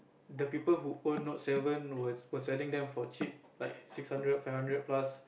the people who own the Note-seven was was selling them for trip like six hundred fix hundred plus